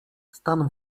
stan